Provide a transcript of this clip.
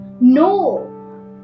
no